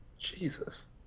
Jesus